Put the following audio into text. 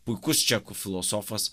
puikus čekų filosofas